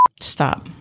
stop